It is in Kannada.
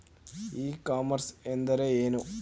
ಇ ಕಾಮರ್ಸ್ ಎಂದರೆ ಏನು?